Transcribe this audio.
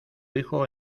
hijo